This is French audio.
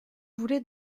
voulais